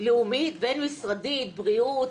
לאומית בין-משרדית בריאות,